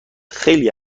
خیلی